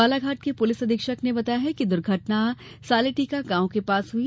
बालाघाट के पुलिस अधीक्षक ने बताया कि यह दुर्घटना सालेटीका गांव के पास हुई